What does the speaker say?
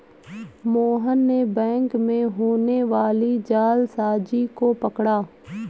मोहन ने बैंक में होने वाली जालसाजी को पकड़ा